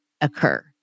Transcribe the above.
occur